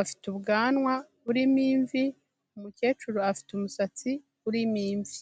afite ubwanwa burimo imvi, umukecuru afite umusatsi urimo imvi.